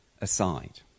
aside